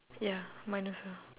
ya mine also